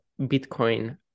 Bitcoin